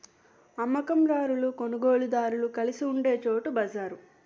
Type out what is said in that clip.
అమ్మ కందారులు కొనుగోలుదారులు కలిసి ఉండే చోటు బజారు